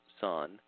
son